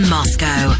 Moscow